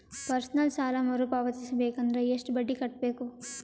Personal ಸಾಲ ಮರು ಪಾವತಿಸಬೇಕಂದರ ಎಷ್ಟ ಬಡ್ಡಿ ಕಟ್ಟಬೇಕು?